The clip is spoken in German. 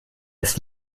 ist